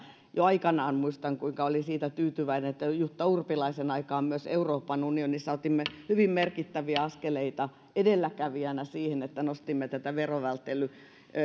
jo aikanaan olin siitä tyytyväinen että jutta urpilaisen aikaan myös euroopan unionissa otimme hyvin merkittäviä askeleita edelläkävijänä siinä että nostimme tätä verovälttely